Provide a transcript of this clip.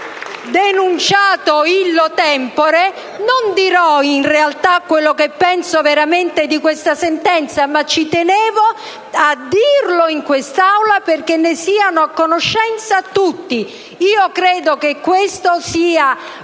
denunciato, non dirò in realtà quel che penso veramente di questa sentenza, ma ci tenevo a informare in quest'Aula, perché ne siano a conoscenza tutti. Credo che questa sia